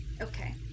Okay